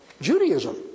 Judaism